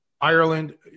Ireland